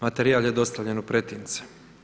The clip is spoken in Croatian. Materijal je dostavljen u pretince.